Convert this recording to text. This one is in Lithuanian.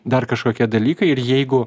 dar kažkokie dalykai ir jeigu